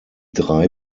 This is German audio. drei